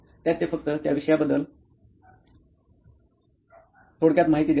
त्यात ते फक्त त्या विषयाबद्दल थोडक्यात माहिती देतात